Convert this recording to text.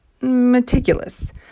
meticulous